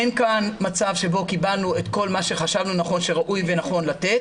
אין כאן מצב שקיבלנו את כל מה שרצינו וחשבנו שנכון וראוי לתת,